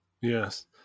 Yes